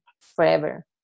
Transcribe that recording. forever